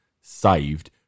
saved